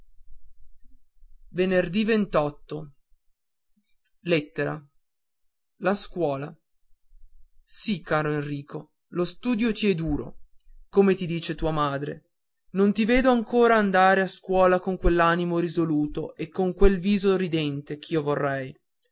premi la scuola ì ì caro enrico lo studio ti è duro come ti dice tua madre non ti vedo ancora andare alla scuola con quell'animo risoluto e con quel viso ridente ch'io vorrei